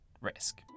risk